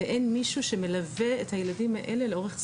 ואין מישהו שמלווה את הילדים האלה לאורך זמן.